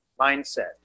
mindset